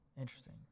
Interesting